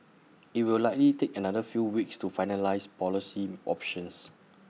IT will likely take another few weeks to finalise policy options